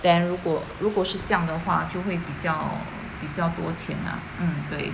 then 如果如果是这样的话就会比较比较多钱啦嗯对